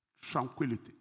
Tranquility